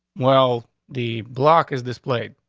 well, the block is displayed,